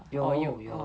有有